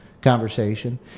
conversation